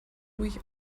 ruhig